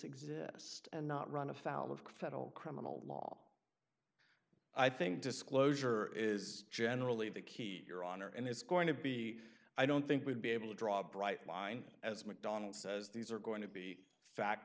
exist and not run afoul of federal criminal law i think disclosure is generally the key your honor and it's going to be i don't think we'd be able to draw a bright line as macdonald says these are going to be fa